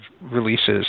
releases